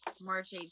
March